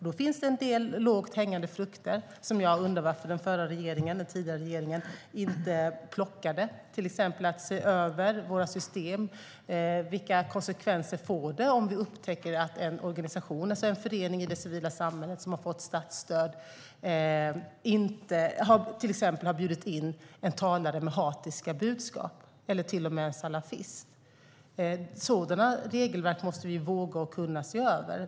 Då finns det en del lågt hängande frukter som jag undrar varför den tidigare regeringen inte plockade, till exempel att se över våra system. Vilka konsekvenser får det om vi upptäcker att en organisation eller en förening i det civila samhället som har fått statsstöd till exempel har bjudit in en talare med hatiska budskap eller till och med salafism? Sådana regelverk måste vi våga och kunna se över.